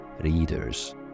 readers